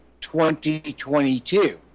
2022